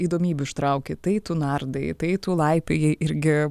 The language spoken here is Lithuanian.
įdomybių ištrauki tai tu nardai tai tu laipiojai irgi